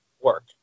work